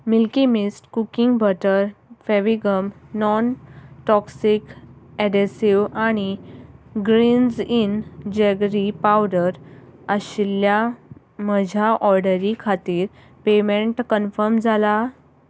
milky mist cooking butter Fevigum non toxic adhesive आनी ग्रिन्ज ईन जॅगरी पावडर आशिल्ल्या म्हज्या ऑडरी खातीर पेमेंट कन्फम जाला